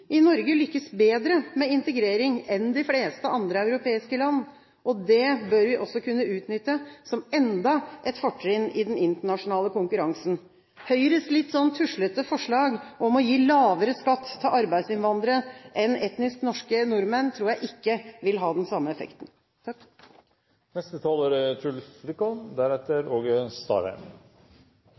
i Norge lykkes bedre med integrering enn de fleste andre europeiske land. Det bør vi også kunne utnytte som enda et fortrinn i den internasjonale konkurransen. Høyres litt tuslete forslag om å gi lavere skatt til arbeidsinnvandrere enn etnisk norske nordmenn tror jeg ikke vil ha den samme effekten.